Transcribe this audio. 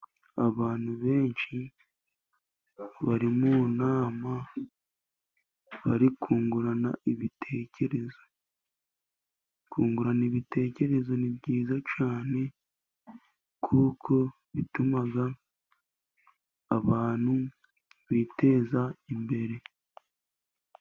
Abantu benshi bari mu nama, bari kungurana ibitekerezo. Kungurana ibitekerezo ni byiza cyane, kuko bituma abantu biteza imbere.